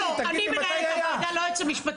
לא, לא, אני מנהלת את הוועדה, לא היועץ המשפטי.